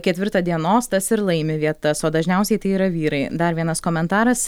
ketvirtą dienos tas ir laimi vietas o dažniausiai tai yra vyrai dar vienas komentaras